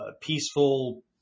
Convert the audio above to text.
peaceful